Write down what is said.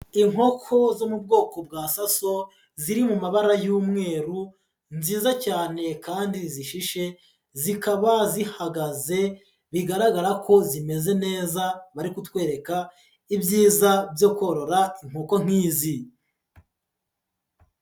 Inkoko zo mu bwoko bwa saso, ziri mu mabara y'umweru, nziza cyane kandi zihishe, zikaba zihagaze, bigaragara ko zimeze neza, bari kutwereka ibyiza byo korora inkoko nk'izi.